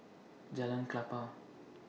Jalan Klapa